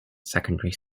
secondary